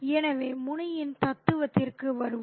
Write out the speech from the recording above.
எனவே முனியின் தத்துவத்திற்கு வருவோம்